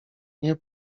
nie